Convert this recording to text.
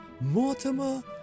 Mortimer